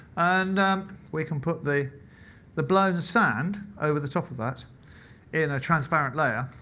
and we can put the the blown sand over the top of that in a transparent layer,